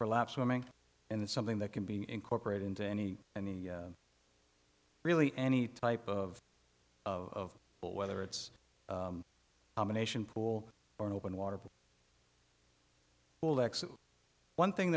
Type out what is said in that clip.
for lap swimming and it's something that can be incorporated into any and the really any type of of whether it's a combination pool or an open water but one thing